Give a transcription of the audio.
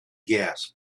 gas